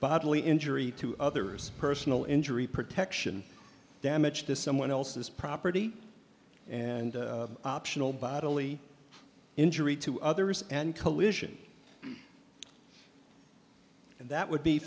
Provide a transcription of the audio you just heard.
bodily injury to others personal injury protection damage to someone else's property and optional bodily injury to others and collision and that would be